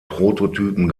prototypen